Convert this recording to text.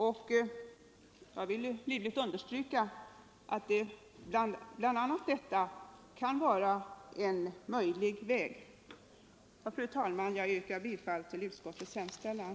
Jag vill understryka att detta kan vara en möjlig väg. Fru talman! Jag yrkar bifall till utskottets hemställan.